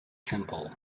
simple